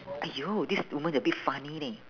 !aiyo! this woman a bit funny leh